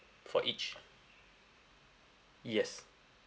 for each yes